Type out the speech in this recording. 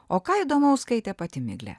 o ką įdomaus skaitė pati miglė